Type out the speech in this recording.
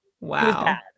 Wow